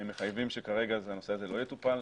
מחייבים שכרגע הנושא הזה לא יטופל,